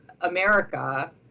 america